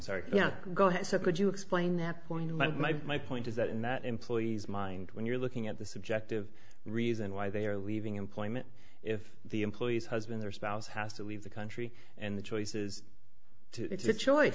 sorry yeah go ahead sir could you explain that going to lead my my point is that in that employee's mind when you're looking at the subjective reason why they are leaving employment if the employees husband their spouse has to leave the country and the choices it's a choice